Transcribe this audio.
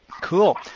Cool